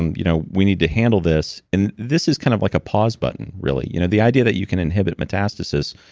um you know we need to handle this. and this is kind of like a pause button, really you know the idea that you can inhibit a metastasis,